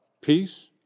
peace